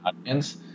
audience